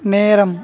நேரம்